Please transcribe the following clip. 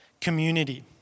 community